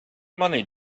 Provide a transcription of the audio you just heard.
money